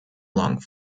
long